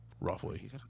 roughly